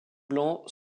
blancs